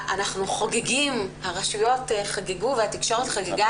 אנחנו חוגגים הרשויות חגגו והתקשורת חגגה